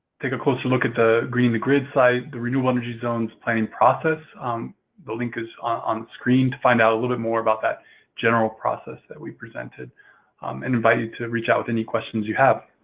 take a closer look at the greening the grid site, the renewable energy zones planning process the link is onscreen to find out a little bit more about that general process that we presented, and invite you to reach out with any questions you have.